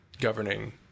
governing